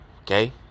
Okay